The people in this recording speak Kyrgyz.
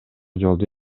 жолдо